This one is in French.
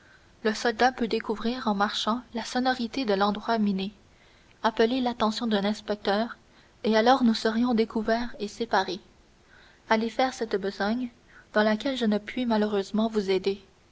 le soldat peut découvrir en marchant la sonorité de l'endroit miné appeler l'attention d'un inspecteur et alors nous serions découverts et séparés allez faire cette besogne dans laquelle je ne puis plus malheureusement vous aider